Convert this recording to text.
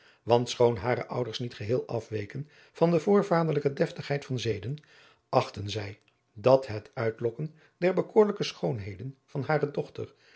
want schoon hare ouders niet geheel afweken van de voorvaderlijke deftigheid van zeden achtten zij dat het uitlokken der bekoorlijke schoonheden van hare dochter